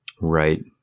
Right